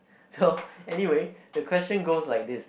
so anyway the question goes like this